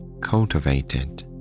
cultivated